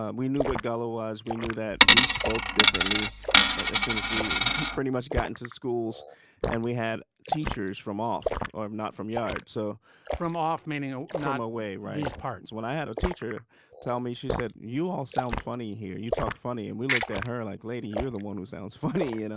ah we knew what gullah was. we knew that we spoke differently as soon as we pretty much got into schools and we had teachers from off or um not from yard. so from off, meaning or not away riding's parts, when i had a teacher tell me, she said, you all sound funny here. you talk funny. and we looked at her like, lady, you're the one who sounds funny, you know.